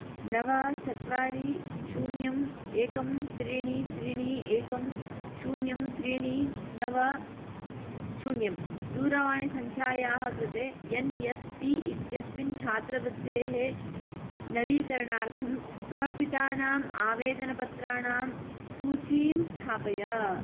नव चत्वारि शून्यं एकं त्रीणि त्रीणि एकं शून्यं त्रीणि नव शून्यं दूरवाणीसङ्ख्यायाः कृते एन् एस् पी इत्यस्मिन् छात्रवृत्तेः नवीकरणार्थं समर्पितानाम् आवेदनपत्राणां सूचीं स्थापय